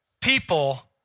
people